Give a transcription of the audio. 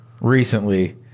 recently